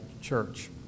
church